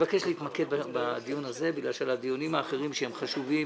מבקש להתמקד בדיון הזה כי בנושאים האחרים שהם חשובים